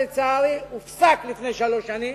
ולצערי הופסק לפני שלוש שנים,